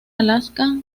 alaska